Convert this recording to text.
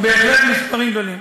בהחלט מספרים גדולים.